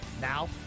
Now